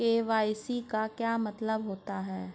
KYC का क्या मतलब होता है?